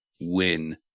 win